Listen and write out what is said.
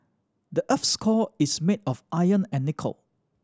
the earth's core is made of iron and nickel